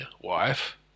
wife